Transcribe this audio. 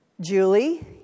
Julie